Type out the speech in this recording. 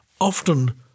often